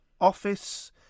office